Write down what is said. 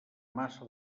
massa